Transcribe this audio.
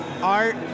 art